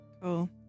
Cool